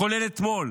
כולל אתמול.